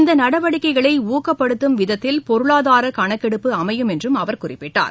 இந்தநடவடிக்கைகளைஊக்கப்படுத்தும் விதத்தில் பொருளாதாரமக்கள் தொகைகணக்கெடுப்பு அமையும் என்றுஅவர் குறிப்பிட்டார்